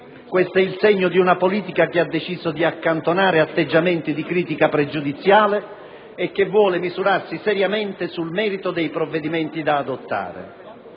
Questo è il segno di una politica che ha deciso di accantonare atteggiamenti di critica pregiudiziale e che vuole misurarsi seriamente sul merito dei provvedimenti da adottare.